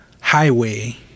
highway